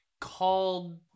called